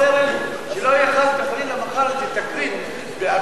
שלא תהיה חס וחלילה מחר איזה תקרית באתר קדוש,